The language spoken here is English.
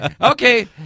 Okay